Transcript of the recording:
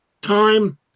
time